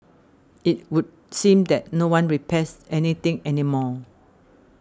it would seem that no one repairs any thing any more